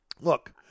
Look